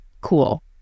Cool